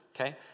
okay